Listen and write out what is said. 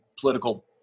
political